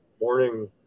morning